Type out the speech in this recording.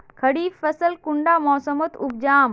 खरीफ फसल कुंडा मोसमोत उपजाम?